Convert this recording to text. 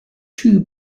too